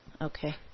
Okay